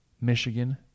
Michigan